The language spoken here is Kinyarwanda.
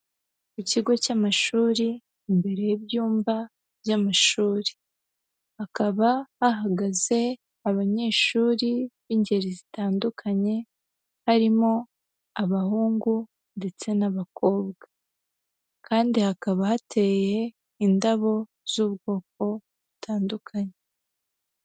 Mu kigo cy'amashuri imbere y'ibyumba by'amashuri, hakaba hahagaze abanyeshuri b'ingeri zitandukanye, harimo abahungu ndetse n'abakobwa kandi hakaba hateye indabo z'ubwoko butandukanye.